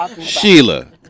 Sheila